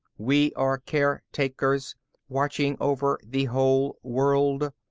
we are caretakers, watching over the whole world.